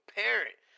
parent